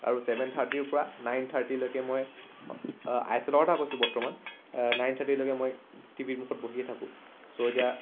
আৰু ছেভেন থাৰ্টিৰ পৰা নাইন থাৰ্টিলৈকে মই আই এছ এলৰ কথা কৈছোঁ বৰ্তমান নাইন থাৰ্টিলৈকে মই টিভিৰ মুখত বহিয়ে থাকোঁ ছ' এতিয়া